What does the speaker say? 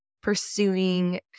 pursuing